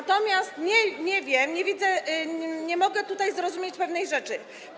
Natomiast nie wiem, nie widzę, nie mogę tutaj zrozumieć pewnej rzeczy.